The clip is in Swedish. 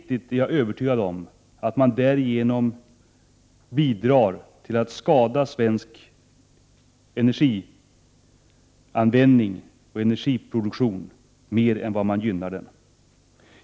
Jag är övertygad om att man därigenom bidrar till att långsiktigt skada miljöanpassad energianvändning och energiproduktion.